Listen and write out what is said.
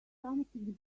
something